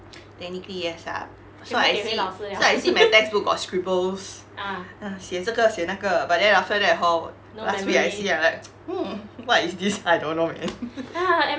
technically yes lah so I see so I see my textbook got scribbles ah 写这个写那个 but then after that hor 我 last week I see I like hmm what is this I don't know man